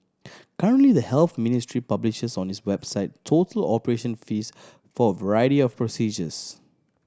currently the Health Ministry publishes on its website total operation fees for a variety of procedures